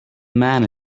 man